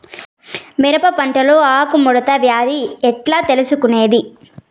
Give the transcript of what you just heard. మిరప పంటలో ఆకు ముడత వ్యాధి ఎట్లా తెలుసుకొనేది?